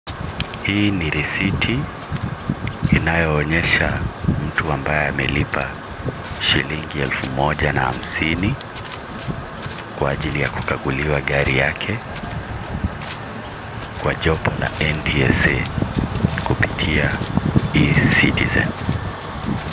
Hii ni risiti inayoonyesha mtu ambaye amelipa shilling elfu moja na hamsini kwa ajili ya kukaguliwaa gari lake kwa chopo la NTSA kupitia e-Citizen.